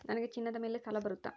ನನಗೆ ಚಿನ್ನದ ಮೇಲೆ ಸಾಲ ಬರುತ್ತಾ?